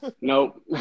Nope